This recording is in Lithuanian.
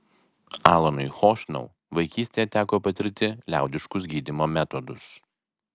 alanui chošnau vaikystėje teko patirti liaudiškus gydymo metodus